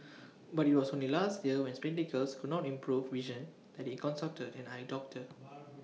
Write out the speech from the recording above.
but IT was only last year when spectacles could not improve vision that he consulted an eye doctor